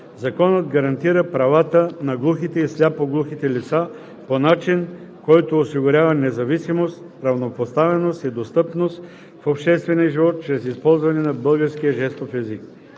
Законът гарантира правата на глухите и сляпо-глухите лица по начин, който осигурява независимост, равнопоставеност и достъпност в обществения живот чрез използване на българския жестов език.